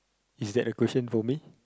is that a question for me